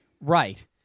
Right